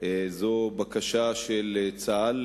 זו בקשה של צה"ל,